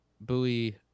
buoy